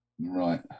right